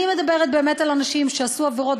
אני מדברת באמת על אנשים שעשו עבירות,